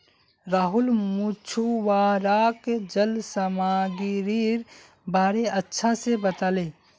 राहुल मछुवाराक जल सामागीरीर बारे अच्छा से बताले